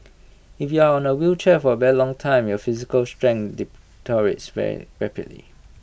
if you are on A wheelchair for A very long time your physical strength deteriorates very rapidly